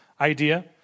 idea